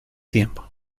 tiempo